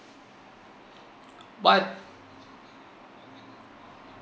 but